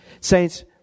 Saints